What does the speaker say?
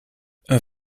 een